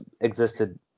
existed